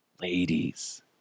Ladies